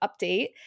update